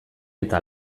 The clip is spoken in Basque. eta